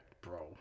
bro